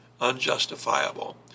unjustifiable